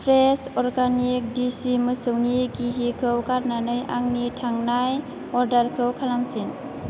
fresh' organic दिसि मोसौनि गिहिखौ गारनानै आंनि थांनाय अर्डारखौ खालामफिन